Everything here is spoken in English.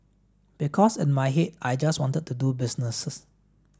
because in my head I just wanted to do business